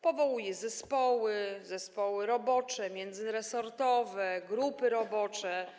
Powołuje zespoły, zespoły robocze, międzyresortowe, grupy robocze.